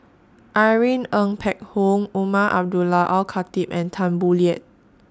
Irene Ng Phek Hoong Umar Abdullah Al Khatib and Tan Boo Liat